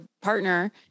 partner